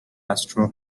austro